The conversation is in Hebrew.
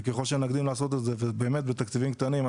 וככל שנקדים לעשות את זה באמת בתקציבים קטנים,